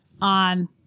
on